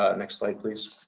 ah next slide, please.